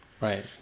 Right